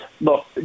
look